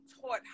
taught